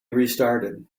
restarted